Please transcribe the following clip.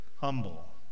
humble